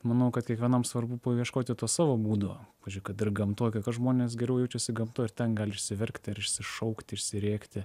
manau kad kiekvienam svarbu paieškoti to savo būdo pavyzdžiui kad ir gamtoj kai kas žmonės geriau jaučiasi gamtoj ir ten gali išsiverkti ar išsišaukti išsirėkti